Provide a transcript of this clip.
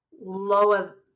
lower